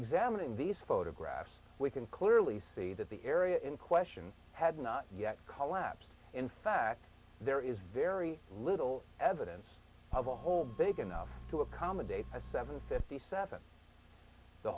examining these photographs we can clearly see that the area in question had not yet ca lapsed in fact there is very little evidence of a hole big enough to accommodate a seven fifty seven